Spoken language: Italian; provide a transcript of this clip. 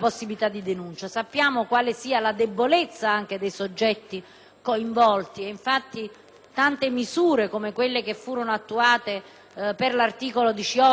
Tante misure come quelle che furono attuate per l'articolo 18 andrebbero fortemente finanziate e riguardano anche i programmi di prevenzione e protezione per chi